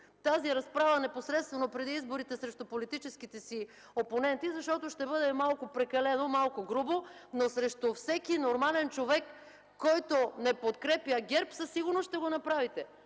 тази разправа непосредствено преди изборите срещу политическите си опоненти, защото ще бъде малко прекалено, малко грубо, но срещу всеки нормален човек, който не подкрепя ГЕРБ, със сигурност ще го направите.